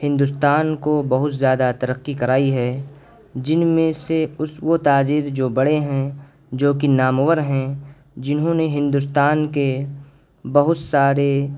ہندوستان کو بہت زیادہ ترقی کرائی ہے جن میں سے اس وہ تاجر جو بڑے ہیں جو کہ نامور ہیں جنہوں نے ہندوستان کے بہت سارے